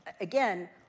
again